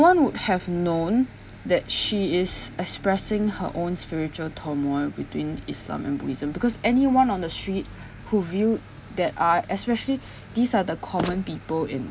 one would have known that she is expressing her own spiritual turmoil between islam and buddhism because anyone on the street who viewed that are especially these are the common people in